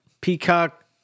Peacock